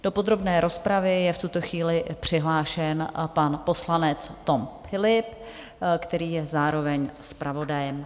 Do podrobné rozpravy je v tuto chvíli přihlášen pan poslanec Tom Philipp, který je zároveň zpravodajem.